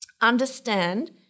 Understand